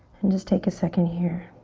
and just take a second here.